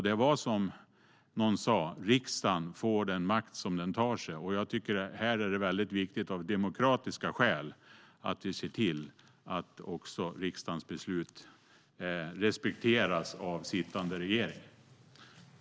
Det var som någon sa: Riksdagen får den makt som den tar sig. Jag tycker att det är väldigt viktigt av demokratiska skäl att vi ser till att också riksdagens beslut respekteras av sittande regering.